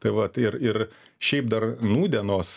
tai vat ir ir šiaip dar nūdienos